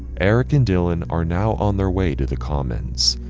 eric and dylan are now on their way to the commons,